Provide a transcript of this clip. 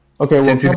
Okay